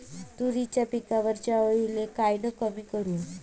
तुरीच्या पिकावरच्या अळीले कायनं कमी करू?